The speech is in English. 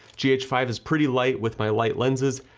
g h five is pretty light with my light lenses.